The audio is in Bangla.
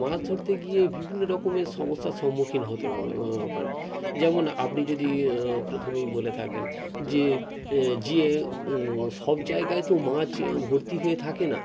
মাছ ধরতে গিয়ে বিভিন্ন রকমের সমস্যার সম্মুখীন হতে পারে যেমন আপনি যদি প্রথমেই বলে থাকেন যে জিয়ে সব জায়গায় তো মাছ ভর্তি হয়ে থাকে না